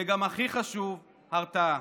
וגם, הכי חשוב, הרתעה.